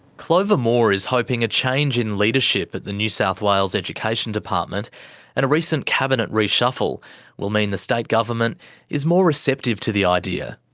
clover moore is hoping a change in leadership at the new south wales education department and a recent cabinet reshuffle will mean the state government is more receptive to the idea.